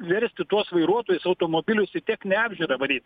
versti tuos vairuotojus automobilius į techninę apžiūrą varyt